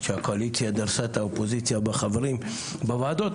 שהקואליציה דרסה את האופוזיציה בחברים בוועדות,